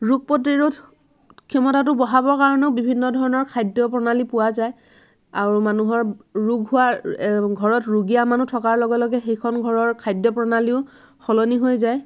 ৰোগ প্ৰতিৰোধ ক্ষমতাটো বঢ়াবৰ কাৰণেও বিভিন্ন ধৰণৰ খাদ্য প্ৰণালী পোৱা যায় আৰু মানুহৰ ৰোগ হোৱাৰ ঘৰত ৰোগীয়া মানুহ থকাৰ লগে লগে সেইখন ঘৰৰ খাদ্য প্ৰণালীয়ো সলনি হৈ যায়